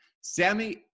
Sammy